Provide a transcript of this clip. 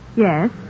Yes